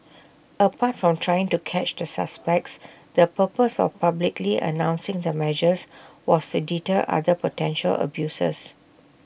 apart from trying to catch the suspects the purpose of publicly announcing the measures was to deter other potential abusers